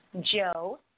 Joe